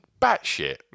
batshit